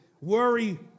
worry